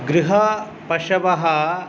गृहपशवः